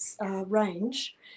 range